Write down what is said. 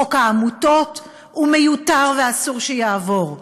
חוק העמותות הוא מיותר, ואסור שיעבור.